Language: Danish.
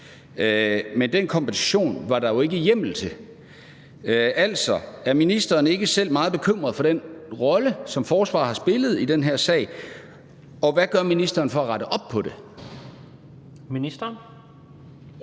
men den kompensation var der jo ikke hjemmel til. Altså, er ministeren ikke selv meget bekymret over den rolle, som forsvaret har spillet i den her sag, og hvad gør ministeren for at rette op på det?